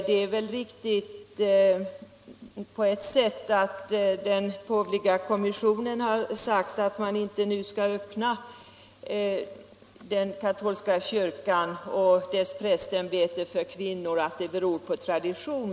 Det är väl på ett sätt riktigt att den påvliga kommissionen har sagt att man inte nu skall öppna den katolska kyrkan och dess prästämbete för kvinnorna. Detta beror på att man vill följa traditionen.